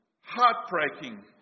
heartbreaking